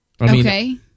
Okay